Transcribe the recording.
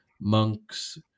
monks